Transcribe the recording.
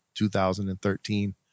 2013